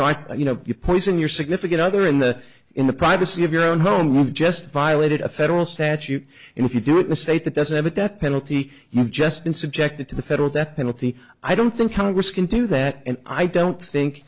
know i you know you poison your significant other in the in the privacy of your own home we've just violated a federal statute and if you do it in a state that doesn't have a death penalty you have just been subjected to the federal death penalty i don't think congress can do that and i don't think